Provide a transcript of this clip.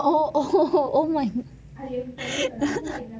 o oh oh omg